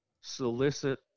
solicit